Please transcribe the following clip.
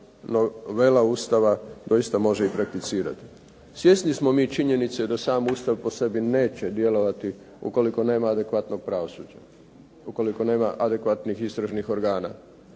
novela Ustava doista može i prakticirati. Svjesni smo mi činjenice da sam Ustav po sebi neće djelovati ukoliko nema adekvatnog pravosuđa, ukoliko nema adekvatnih istražnih organa